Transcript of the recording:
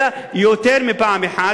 אלא יותר מפעם אחת,